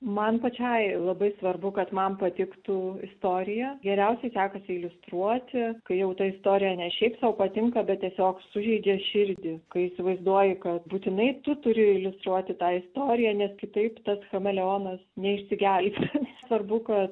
man pačiai labai svarbu kad man patiktų istorija geriausiai sekasi iliustruoti kai jau ta istorija ne šiaip sau patinka bet tiesiog sužeidžia širdį kai įsivaizduoji kad būtinai tu turi iliustruoti tą istoriją nes kitaip tas chameleonas neišsigelbės svarbu kad